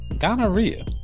Gonorrhea